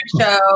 show